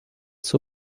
zur